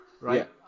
right